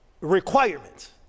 requirement